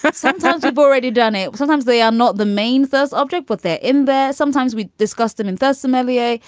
but sometimes i've already done it. sometimes they are not the main things object, but they're in there. sometimes we discuss them and thus somalia.